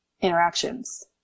interactions